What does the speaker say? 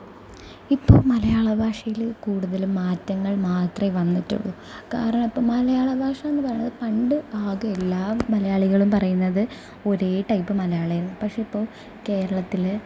ഇപ്പോൾ മലയാള ഭാഷയിൽ കൂടുതൽ മാറ്റങ്ങൾ മാത്രമേ വന്നിട്ടുള്ളു കാരണം ഇപ്പം മലയാളബാഷയെന്നു പറയുന്നത് പണ്ട് ആകെ എല്ലാ മലയാളികളും പറയുന്നത് ഒരേ ടൈപ്പ് മലയാളമായിരുന്നു പക്ഷേ ഇപ്പോൾ കേരളത്തിൽ